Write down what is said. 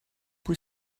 pwy